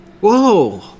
Whoa